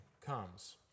comes